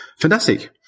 Fantastic